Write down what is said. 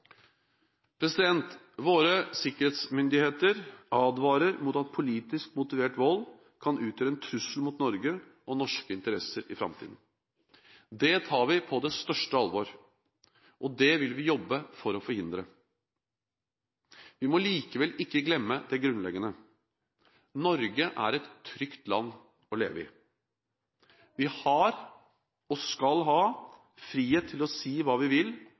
Våre sikkerhetsmyndigheter advarer mot at politisk motivert vold kan utgjøre en trussel mot Norge og norske interesser i framtiden. Det tar vi på det største alvor, og det vil vi jobbe for å forhindre. Vi må likevel ikke glemme det grunnleggende: Norge er et trygt land å leve i. Vi har – og skal ha – frihet til å si hva vi vil,